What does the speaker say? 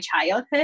childhood